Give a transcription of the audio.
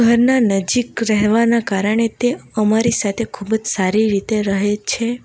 ઘરના નજીક રહેવાના કારણે તે અમારી સાથે ખૂબ જ સારી રીતે રહે છે